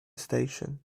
station